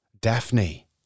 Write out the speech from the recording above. Daphne